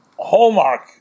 Hallmark